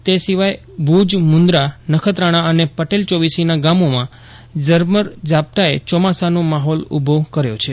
તે સિવાય ભુજ મુંદરા નખત્રજ્ઞા અને પટેલ ચોવીસીના ગામોમાં ઝરમર ઝાપટાએ ચોમાસાનો માહોલ ઉભો કર્યો છે